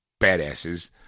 badasses